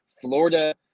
Florida